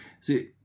See